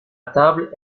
table